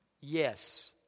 Yes